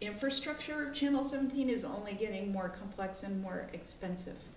infrastructure channel seventeen is only getting more complex and more expensive